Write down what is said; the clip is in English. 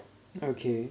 okay